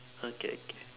okay okay